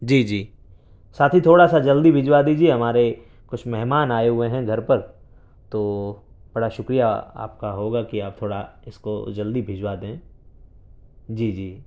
جی جی ساتھ ہی تھوڑا سا جلدی بھجوا دیجیے ہمارے کچھ مہمان آئے ہوئے ہیں گھر پر تو بڑا شکریہ آپ کا ہوگا کہ آپ تھوڑا اس کو جلدی بھجوا دیں جی جی